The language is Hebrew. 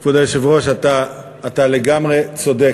כבוד היושב-ראש, אתה לגמרי צודק.